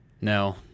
No